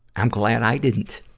i'm glad i didn't,